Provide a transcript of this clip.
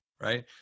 right